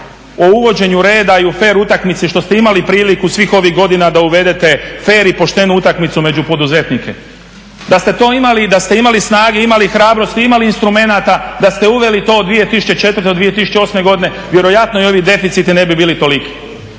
o uvođenju reda i u fer utakmici što ste imali priliku svih ovih godina da uvedete, fer i poštenu utakmicu među poduzetnike. Da ste to imali i da ste imali snage, imali hrabrosti, imali instrumenta da ste uveli to od 2004. do 2008. godine vjerojatno i ovi deficiti ne bi bili toliki.